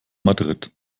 madrid